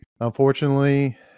Unfortunately